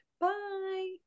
bye